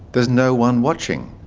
there's no one watching.